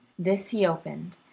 this he opened,